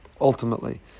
ultimately